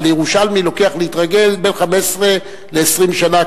ולירושלמי לוקח להתרגל בין 15 ל-20 שנה,